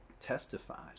testifies